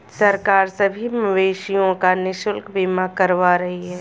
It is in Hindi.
सरकार सभी मवेशियों का निशुल्क बीमा करवा रही है